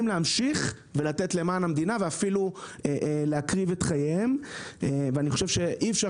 להמשיך ולתת למען המדינה ואפילו להקריב את חייהם ואני חושב שאי אפשר